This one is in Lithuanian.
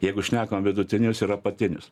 jeigu šnekam vidutinius ir apatinius